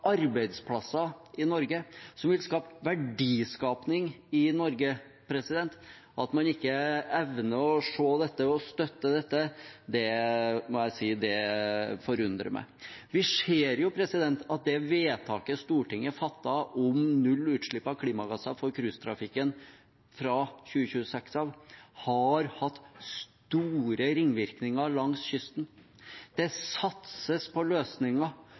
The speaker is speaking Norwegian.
arbeidsplasser i Norge, som vil skape verdiskaping i Norge, at man ikke evner å se dette og støtter dette, må jeg si forundrer meg. Vi ser at det vedtaket Stortinget fattet om null utslipp av klimagasser for cruisetrafikken fra 2026, har hatt store ringvirkninger langs kysten. Det satses på løsninger.